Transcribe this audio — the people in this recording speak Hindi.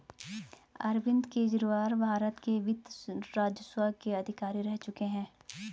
अरविंद केजरीवाल भारत के वित्त राजस्व के अधिकारी रह चुके हैं